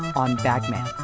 on bag man